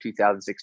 2016